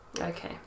Okay